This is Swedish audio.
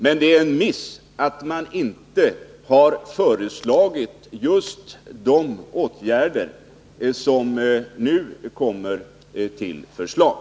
Men det är en miss att man inte har föreslagit just de åtgärder som nu föreslås.